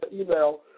email